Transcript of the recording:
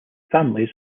families